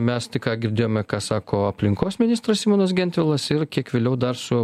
mes tik ką girdėjome ką sako aplinkos ministras simonas gentvilas ir kiek vėliau dar su